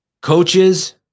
coaches